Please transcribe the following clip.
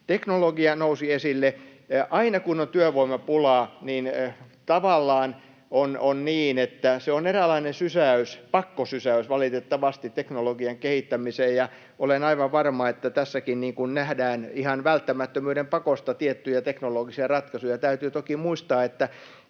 Teknologia nousi esille. Aina, kun on työvoimapulaa, on tavallaan niin, että se on valitettavasti eräänlainen pakkosysäys teknologian kehittämiseen, ja olen aivan varma, että tässäkin nähdään ihan välttämättömyyden pakosta tiettyjä teknologisia ratkaisuja. Täytyy toki muistaa, että